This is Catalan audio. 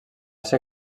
ser